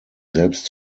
selbst